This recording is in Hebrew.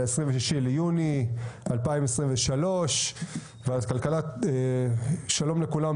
26 ביוני 2023. שלום לכולם,